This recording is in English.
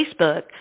Facebook